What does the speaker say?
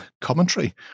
commentary